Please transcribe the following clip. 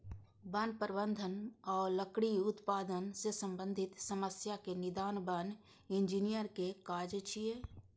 वन प्रबंधन आ लकड़ी उत्पादन सं संबंधित समस्याक निदान वन इंजीनियरक काज छियै